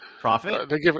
profit